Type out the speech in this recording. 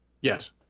Yes